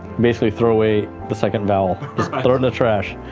basically throw away the second vowel, just throw it in the trash.